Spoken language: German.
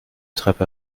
treppe